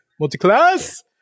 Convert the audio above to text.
Multiclass